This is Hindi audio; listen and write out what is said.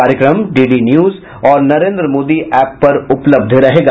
कार्यक्रम डीडी न्यूज और नरेन्द्र मोदी एप पर उपलब्ध रहेगा